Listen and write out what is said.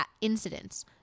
incidents